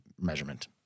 measurement